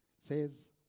says